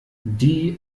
die